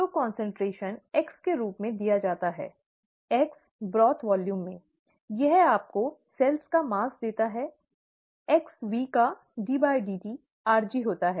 तो concentration x के रूप में दिया जाता है x ब्रॉथ वॉल्यूम में यह आपको कोशिकाओं का द्रव्यमान देता है xV का ddt rg होता है